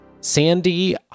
Sandy